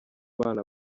bana